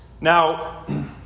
Now